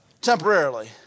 Temporarily